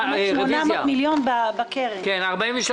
רוויזיה.